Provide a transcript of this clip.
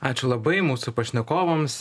ačiū labai mūsų pašnekovams